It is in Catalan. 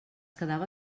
quedava